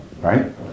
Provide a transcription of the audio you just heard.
right